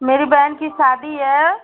मेरी बहन की शादी है